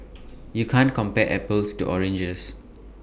you can't compare apples to oranges